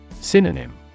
synonym